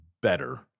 better